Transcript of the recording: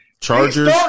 Chargers